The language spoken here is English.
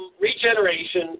regeneration